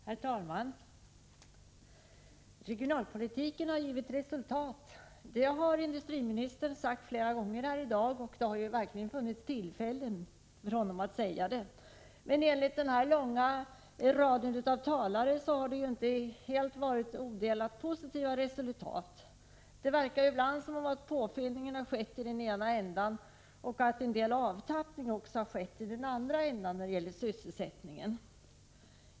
Herr talman! Regionalpolitiken har givit resultat — det har industriministern sagt flera gånger i dag, och det har verkligen funnits tillfällen för honom att säga det. Men enligt den långa raden av talare är det inte odelat positiva resultat. Det verkar ibland som om påfyllning skett i den ena änden och avtappning i den andra när det gäller sysselsättningen.